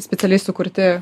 specialiai sukurti